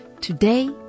Today